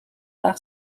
par